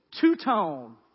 Two-tone